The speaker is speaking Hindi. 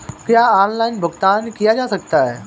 क्या ऑनलाइन भुगतान किया जा सकता है?